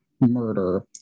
murder